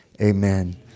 amen